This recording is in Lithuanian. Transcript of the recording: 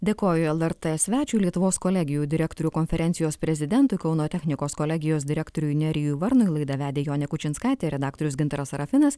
dėkoju lrt svečiui lietuvos kolegijų direktorių konferencijos prezidentui kauno technikos kolegijos direktoriui nerijui varnui laidą vedė jonė kučinskaitė redaktorius gintaras sarafinas